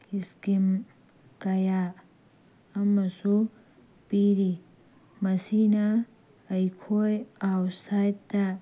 scheme ꯀꯌꯥ ꯑꯃꯁꯨ ꯄꯤꯔꯤ ꯃꯁꯤꯅ ꯑꯩꯈꯣꯏ ꯑꯥꯎꯠꯁꯥꯏꯠꯇ